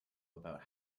about